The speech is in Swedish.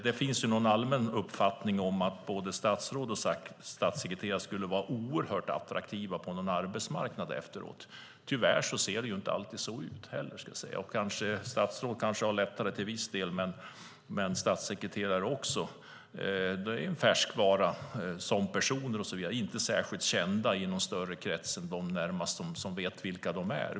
Det finns en allmän uppfattning om att både statsråd och statssekreterare skulle vara oerhört attraktiva på arbetsmarknaden efteråt. Men tyvärr ser det inte alltid ut så. Ett statsråd kanske till viss del har det lättare. Men statssekreterare är färskvara som personer. De är inte särskilt kända i någon större krets än bland dem närmast som vet vilka de är.